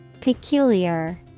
Peculiar